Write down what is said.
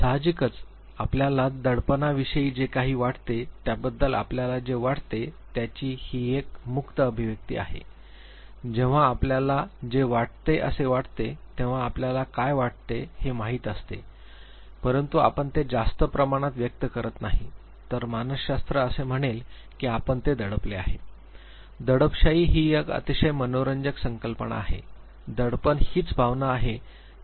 साहजिकच आपल्याला दडपणाविषयी जे काही वाटते त्याबद्दल आपल्याला जे वाटते त्यची ही एक मुक्त अभिव्यक्ती आहे जेव्हा आपल्याला आपल्याला जे वाटते असे वाटते तेव्हा आपल्याला काय वाटते हे माहित असते परंतु आपण ते जास्त प्रमाणात व्यक्त करत नाही तर मानसशास्त्र असे म्हणेल की आपण ते दडपले आहे दडपशाही ही एक अतिशय मनोरंजक संकल्पना आहे दडपण हीच भावना आहे जेव्हा आपण उमेदीच्या वेळी बाळगली